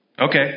Okay